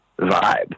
vibe